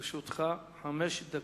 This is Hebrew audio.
לרשותך חמש דקות.